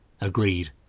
Agreed